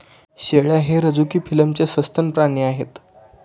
शेळ्या हे रझुकी फिलमचे सस्तन प्राणी आहेत